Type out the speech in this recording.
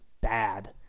bad